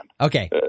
Okay